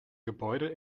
gebäude